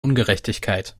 ungerechtigkeit